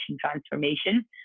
transformation